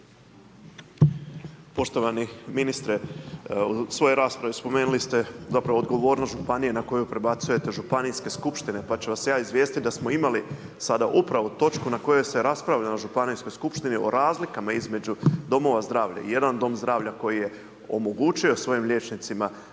Poštovani ministre, u svojoj raspravi spomenuli ste zapravo odgovornost županija na koju prebacujete županijske skupštine pa ću vas ja izvijestiti da smo imali sada upravo točku na kojoj se raspravljalo na županijskoj skupštini o razlikama između domova zdravlja. Jedan dom zdravlja koji je omogućio svojim liječnicima